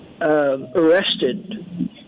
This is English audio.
arrested